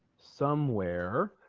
somewhere